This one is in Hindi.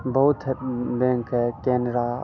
बहुत है बेंक है केनरा